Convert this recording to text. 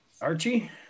Archie